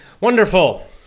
wonderful